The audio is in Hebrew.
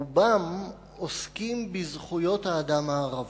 רובם עוסקים בזכויות האדם הערבי.